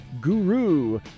Guru